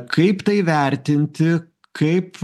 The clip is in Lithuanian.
kaip tai vertinti kaip